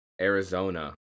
Arizona